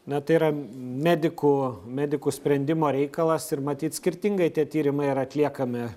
na tai yra medikų medikų sprendimo reikalas ir matyt skirtingai tie tyrimai yra atliekami